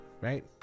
right